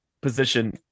position